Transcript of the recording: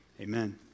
Amen